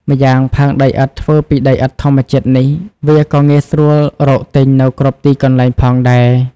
ម្យ៉ាងផើងដីឥដ្ឋធ្វើពីដីឥដ្ឋធម្មជាតិនេះ វាក៏ងាយស្រួលរកទិញនៅគ្រប់ទីកន្លែងផងដែរ ។